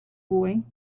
boy